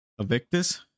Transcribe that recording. Evictus